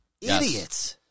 idiots